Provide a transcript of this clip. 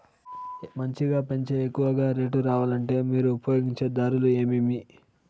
మంచిగా పెంచే ఎక్కువగా రేటు రావాలంటే మీరు ఉపయోగించే దారులు ఎమిమీ?